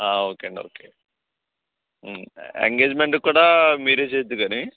okay అండి okay ఎంగేజ్మెంట్కు కూడా మీరు చేద్దురు కానీ